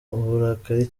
uburakari